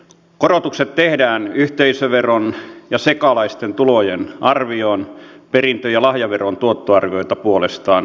korotukset tehdään yhteisöveron ja sekalaisten tulojen arvioon perintö ja lahjaveron tuottoarvioita puolestaan alennetaan